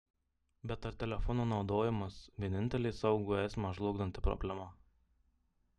bet ar telefono naudojimas vienintelė saugų eismą žlugdanti problema